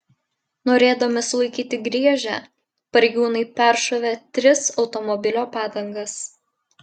norėdami sulaikyti griežę pareigūnai peršovė tris automobilio padangas